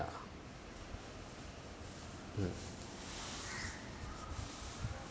yeah mm